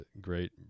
great